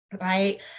Right